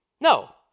No